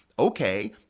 Okay